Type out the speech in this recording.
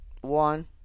One